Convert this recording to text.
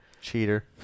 Cheater